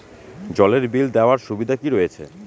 জলের বিল দেওয়ার সুবিধা কি রয়েছে?